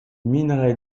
minerai